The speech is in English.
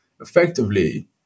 effectively